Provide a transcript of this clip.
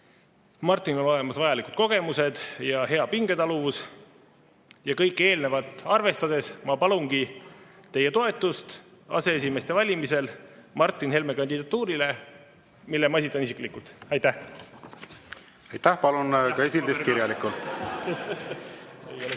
Martinil on olemas vajalikud kogemused ja hea pingetaluvus. Ja kõike eelnevat arvestades ma palungi teie toetust aseesimeeste valimisel Martin Helme kandidatuurile, mille ma esitan isiklikult. Aitäh, lugupeetud juhataja!